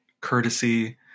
courtesy